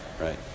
Right